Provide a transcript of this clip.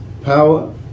power